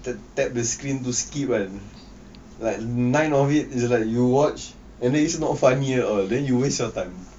the tap the screen to skip when like nine of it is like you watch and then it's not funny at all then you waste you time